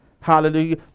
Hallelujah